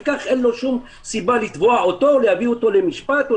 וכך אין שום סיבה לתבוע אותו או להביא אותו למשפט או